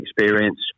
experience